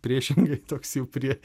priešingai toks jau prie